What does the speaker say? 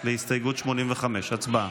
להסתייגות 85. הצבעה.